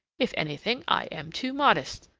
if anything, i am too modest,